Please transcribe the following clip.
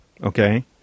Okay